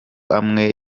amwe